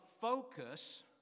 focus